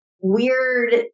weird